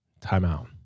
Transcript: timeout